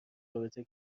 رابطه